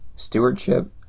stewardship